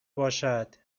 باشد